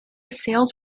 sales